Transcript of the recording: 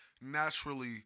naturally